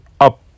Up